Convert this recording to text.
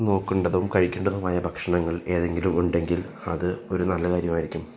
നോക്കണ്ടതും കഴിക്കേണ്ടതുമായ ഭക്ഷണങ്ങൾ ഏതെങ്കിലും ഉണ്ടെങ്കിൽ അത് ഒരു നല്ല കാര്യമായിരിക്കും